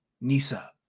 Nisa